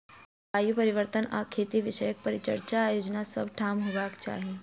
जलवायु परिवर्तन आ खेती विषयक परिचर्चाक आयोजन सभ ठाम होयबाक चाही